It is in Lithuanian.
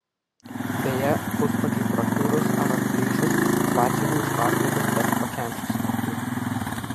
beje puspadžiui prakiurus ar atplyšus batsiuviui už paslaugas teks pačiam susimokėti